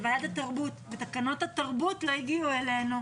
זו ועדת התרבות ותקנות התרבות לא הגיעו אלינו.